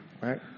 right